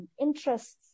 interests